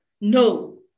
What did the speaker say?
No